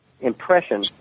impression